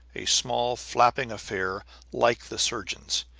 a small flapping affair like the surgeon's.